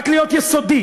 רק להיות יסודי,